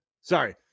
sorry